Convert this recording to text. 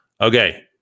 Okay